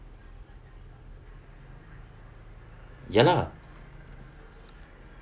ya lah